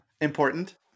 Important